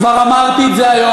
כבר אמרתי את זה היום.